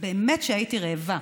באמת שהייתי רעבה.